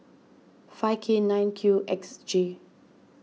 five K nine Q X J